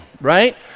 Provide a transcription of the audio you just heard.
Right